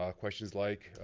um questions like,